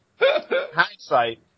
hindsight